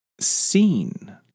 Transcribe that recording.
seen